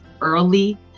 early